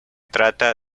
trata